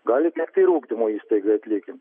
gali tekti ir ugdymo įstaigai atlygint